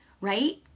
right